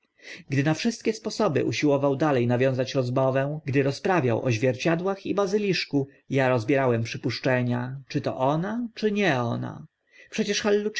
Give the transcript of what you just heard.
gdy na wszystkie sposoby usiłował dale nawiązać rozmowę gdy rozprawiał o zwierciadłach i bazyliszku a rozbierałem przypuszczenia czy to ona czy nie ona przecież hallucini e